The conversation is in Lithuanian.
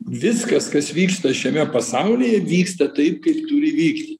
viskas kas vyksta šiame pasaulyje vyksta taip kaip turi vykti